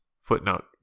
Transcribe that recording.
Footnote